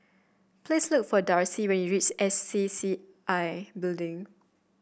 please look for Darcy when you reach S C C I Building